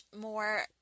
more